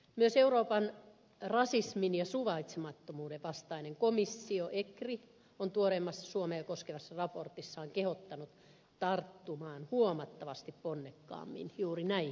myös euroopan rasismin ja suvaitsemattomuuden vastainen komissio ecri on tuoreimmassa suomea koskevassa raportissaan kehottanut tarttumaan huomattavasti ponnekkaammin juuri näihin kysymyksiin